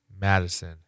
Madison